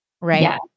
right